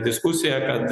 diskusija kad